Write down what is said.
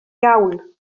iawn